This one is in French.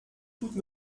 toutes